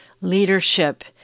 leadership